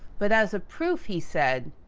but as a proof, he said,